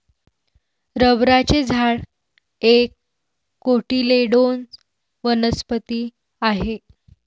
रबराचे झाड एक कोटिलेडोनस वनस्पती आहे